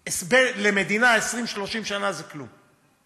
למדינה 20 30 שנה זה כלום.